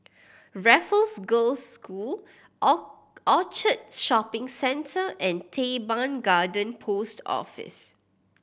Raffles Girls' School Orchard Shopping Centre and Teban Garden Post Office